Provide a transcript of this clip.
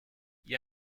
gli